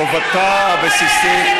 שבא לגרש.